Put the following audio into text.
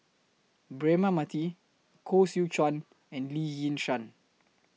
Braema Mathi Koh Seow Chuan and Lee Yi Shyan